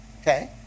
Okay